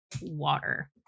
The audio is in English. Water